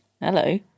Hello